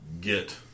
get